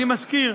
אני מזכיר